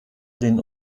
den